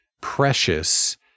precious